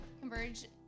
Converge